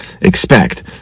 expect